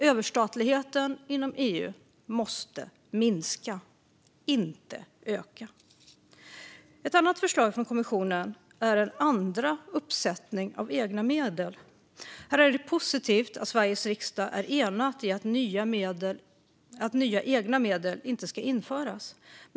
Överstatligheten inom EU måste minska, inte öka. Ett annat förslag från kommissionen är en andra uppsättning av egna medel. Här är det positivt att Sveriges riksdag är enad i att nya egna medel inte ska införas.